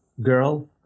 girl